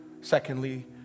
secondly